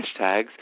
hashtags